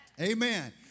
Amen